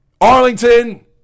Arlington